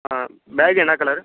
ஆ bag என்ன colour